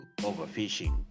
overfishing